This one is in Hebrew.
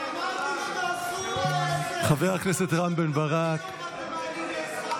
גם אמרתם שתטפלו בדיור, ואתם מעלים שכר